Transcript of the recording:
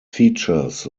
features